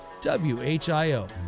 WHIO